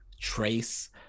Trace